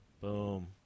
Boom